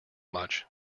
much